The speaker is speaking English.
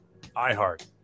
iHeart